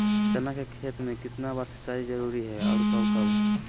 चना के खेत में कितना बार सिंचाई जरुरी है और कब कब?